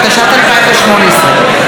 התשע"ט 2018,